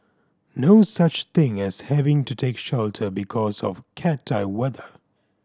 no such thing as having to take shelter because of cat I weather